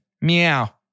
Meow